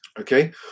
Okay